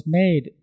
made